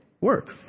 works